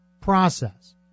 process